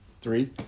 Three